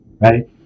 Right